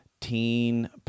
teen